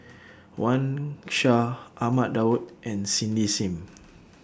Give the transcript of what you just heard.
Wang Sha Ahmad Daud and Cindy SIM